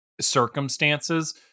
Circumstances